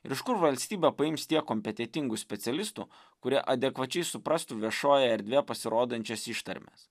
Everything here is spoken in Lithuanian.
ir iš kur valstybė paims tiek kompetentingų specialistų kurie adekvačiai suprastų viešojoje erdvėje pasirodančias ištarmes